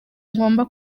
ngomba